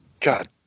God